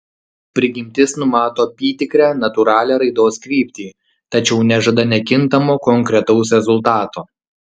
prigimtis numato apytikrę natūralią raidos kryptį tačiau nežada nekintamo konkretaus rezultato